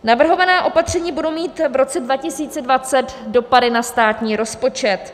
Navrhovaná opatření budou mít v roce 2020 dopady na státní rozpočet.